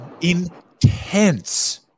intense